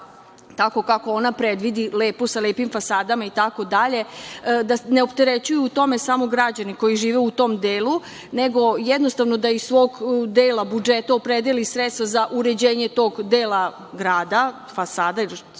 tako kako ona predvidi, lepo sa lepim fasadama itd, da se ne opterećuju u tome samo građani koji žive u tom delu, nego jednostavno da iz svog dela budžeta opredeli sredstva za uređenje tog dela grada, fasada ili čega